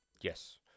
Yes